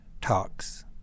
talks